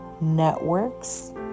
networks